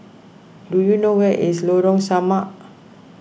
do you know where is Lorong Samak